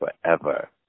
forever